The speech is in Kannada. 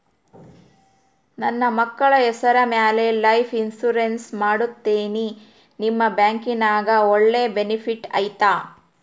ನನ್ನ ಮಕ್ಕಳ ಹೆಸರ ಮ್ಯಾಲೆ ಲೈಫ್ ಇನ್ಸೂರೆನ್ಸ್ ಮಾಡತೇನಿ ನಿಮ್ಮ ಬ್ಯಾಂಕಿನ್ಯಾಗ ಒಳ್ಳೆ ಬೆನಿಫಿಟ್ ಐತಾ?